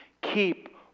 keep